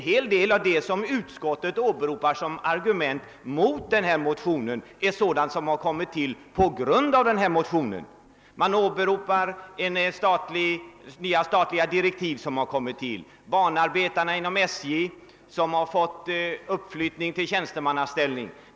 Mycket av det som utskottet åberopar som argument mot denna motion är sådant som kommit till på grund av motionen. Man åberopar de nya statliga direktiven och man åberopar att banarbetarna inom SJ har fått tjänstemannaställning.